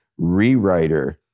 Rewriter